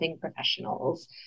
professionals